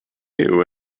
new